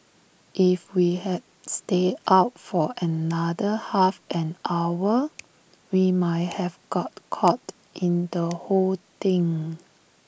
if we had stayed out for another half an hour we might have got caught in the whole thing